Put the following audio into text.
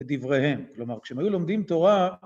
בדבריהם. כלומר, כשהם היו לומדים תורה...